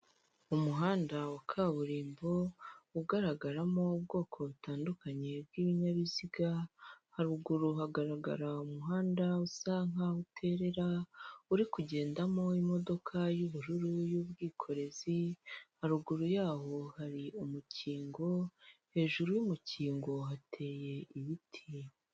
Umuhanda wa kaburimbo ugaragaramo ubwoko butandukanye bw'ibinyabiziga, haruguru hagarara umuhanda usa nkaho uterera uri kugendamo imodoka y'ubururu y'ubwikorezi, haruguru yaho hari umukingo hejuru y'umukingo hateye ibiti.